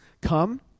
come